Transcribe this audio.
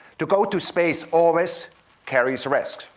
to go to space always carries risks.